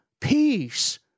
peace